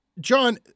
John